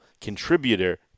contributor